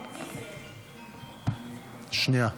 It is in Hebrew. שנייה,